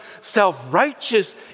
self-righteous